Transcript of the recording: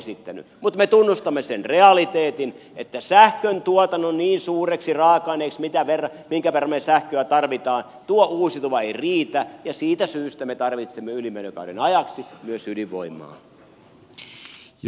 mutta me tunnustamme sen realiteetin että sähköntuotannon niin suureksi raaka aineeksi minkä verran me sähköä tarvitsemme tuo uusiutuva ei riitä ja siitä syystä me tarvitsemme ylimenokauden ajaksi myös ydinvoimaa